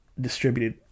distributed